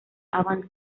avant